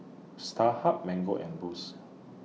Starhub Mango and Boost